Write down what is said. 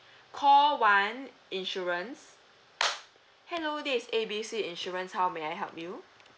call one insurance hello this A B C insurance how may I help you